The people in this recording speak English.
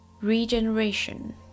regeneration